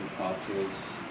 artists